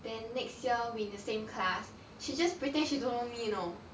then next year we in the same class she just pretend she don't know me you know